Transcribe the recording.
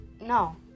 No